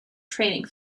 training